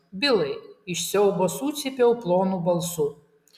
bilai iš siaubo sucypiau plonu balsu